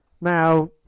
now